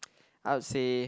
I would say